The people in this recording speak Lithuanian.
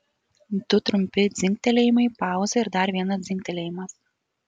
du trumpi dzingtelėjimai pauzė ir dar vienas dzingtelėjimas